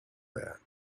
that